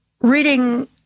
reading